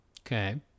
Okay